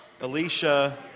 Alicia